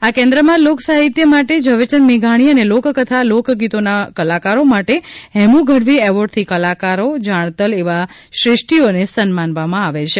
આ કેન્દ્રમાં લોકસાહિત્ય માટે ઝવેરચંદ મેઘાણી અને લોકકથા લોકગીતો ના કલાકારો માટે હેમુ ગઢવી એવોર્ડથી કલાકારો જાણતલ એવા શ્રેષ્ઠીઓને સન્માનવામાં આવે છે